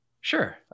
sure